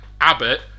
Abbott